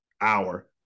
hour